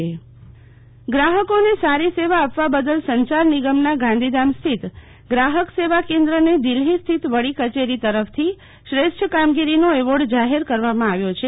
શીતલ વૈશ્નવ સંચાર નિગમ પુરસ્કાર ગ્રાહકોને સારી સેવા આપવા બદલ સંચાર નિગમના ગાંધીધામ સ્થિત ગ્રાહક સેવા કેન્દ્રને દિલ્ફી સ્થિત વળી કચેરી તરફથી શ્રેષ્ઠ કામગીરીનો એવોર્ડ જાહેર કરવામાં આવ્યો છે